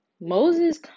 Moses